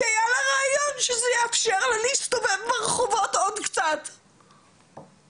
כי היה לה רעיון שזה יאפשר לה להסתובב ברחובות עוד קצת --- בפנימייה,